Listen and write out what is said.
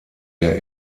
der